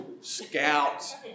scouts